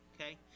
okay